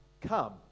Come